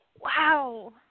wow